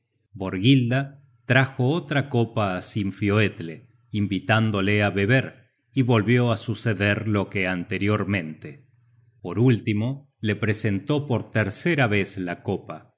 cutis borghilda trajo otra copa á sinfioetle invitándole á beber y volvió á suceder lo que anteriormente por último le presentó por tercera vez la copa